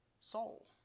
soul